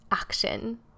action